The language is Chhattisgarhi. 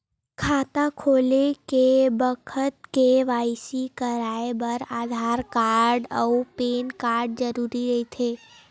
खाता खोले के बखत के.वाइ.सी कराये बर आधार कार्ड अउ पैन कार्ड जरुरी रहिथे